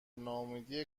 ناامیدی